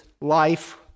life